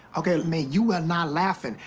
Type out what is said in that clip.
okay, man, you were not laughing.